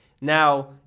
now